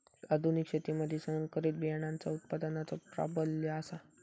आधुनिक शेतीमधि संकरित बियाणांचो उत्पादनाचो प्राबल्य आसा